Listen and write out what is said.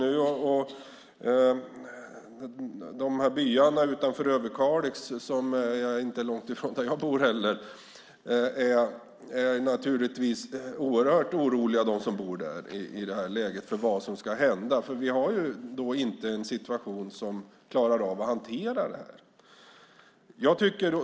De som bor i byarna utanför Överkalix - det är inte långt ifrån där jag bor - är naturligtvis oerhört oroliga i det här läget när det gäller vad som ska hända. Vi har en situation som man inte klarar av att hantera.